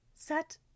set